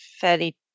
fairly